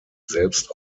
selbst